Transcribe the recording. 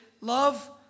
Love